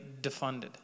defunded